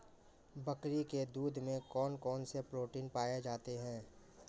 बकरी के दूध में कौन कौनसे प्रोटीन पाए जाते हैं?